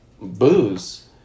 booze